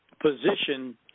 position